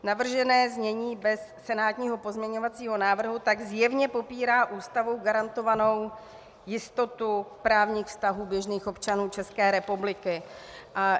Navržené znění bez senátního pozměňovacího návrhu tak zjevně popírá Ústavou garantovanou jistotu právních vztahů běžných občanů ČR.